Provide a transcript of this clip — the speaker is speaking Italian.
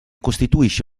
costituisce